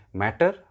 matter